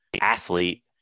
athlete